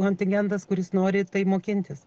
kontingentas kuris nori tai mokintis